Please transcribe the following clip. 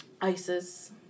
ISIS